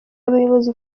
abayobozi